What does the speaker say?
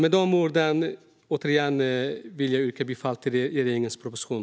Med dessa ord vill jag yrka bifall till regeringens proposition.